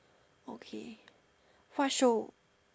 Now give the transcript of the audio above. okay what show